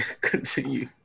Continue